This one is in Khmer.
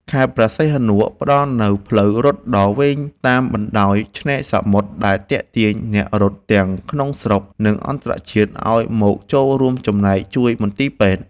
ខេត្តព្រះសីហនុ ផ្ដល់នូវផ្លូវរត់ដ៏វែងតាមបណ្ដោយឆ្នេរសមុទ្រ ដែលទាក់ទាញអ្នករត់ទាំងក្នុងស្រុក និងអន្តរជាតិឱ្យមកចូលរួមចំណែកជួយមន្ទីរពេទ្យ។